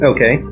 Okay